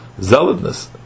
zealotness